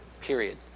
period